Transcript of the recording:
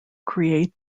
create